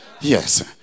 Yes